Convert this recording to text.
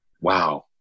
wow